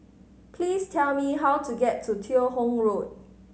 please tell me how to get to Teo Hong Road